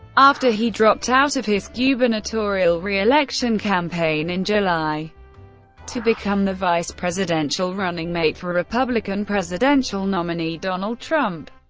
after he dropped out of his gubernatorial re-election campaign in july to become the vice presidential running mate for republican presidential nominee donald trump,